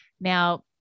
now